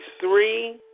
three